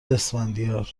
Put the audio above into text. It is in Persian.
اسفندیار